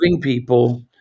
people